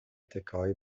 تکههای